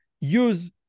use